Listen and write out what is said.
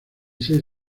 seis